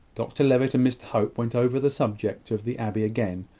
dr levitt and mr hope went over the subject of the abbey again,